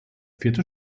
vierte